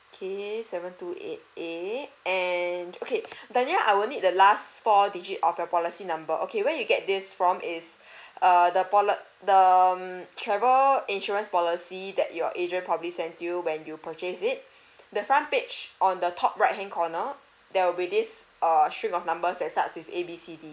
okay seven two eight eight and okay danya I will need the last four digit of your policy number okay where you get this from is err the poli~ the um travel insurance policy that your agent probably sent to you when you purchase it the front page on the top right hand corner there will be this err string of numbers that starts with A B C D